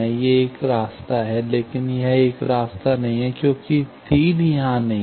यह एक रास्ता है लेकिन यह एक रास्ता नहीं है क्योंकि तीर यहाँ नहीं है